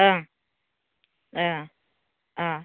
ओं ओं अ